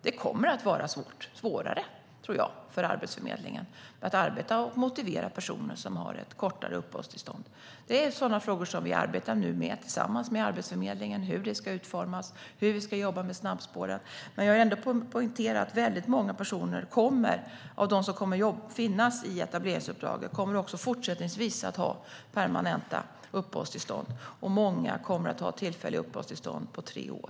Det kommer att vara svårt - svårare, tror jag - för Arbetsförmedlingen att arbeta med och motivera personer som har ett kortare uppehållstillstånd. Det är sådana frågor som vi nu arbetar med tillsammans med Arbetsförmedlingen - hur det ska utformas och hur vi ska jobba med snabbspåren. Jag vill ändå poängtera att väldigt många av dem som kommer att finnas i etableringsuppdrag även fortsättningsvis kommer att ha permanenta uppehållstillstånd och att många kommer att ha tillfälliga uppehållstillstånd på tre år.